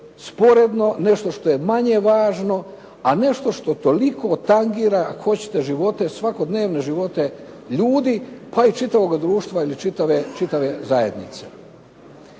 sporedno, nešto što je manje važno, a nešto što toliko tangira ako hoćete svakodnevne živote ljudi pa i čitavoga društva ili čitave zajednice.